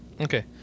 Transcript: Okay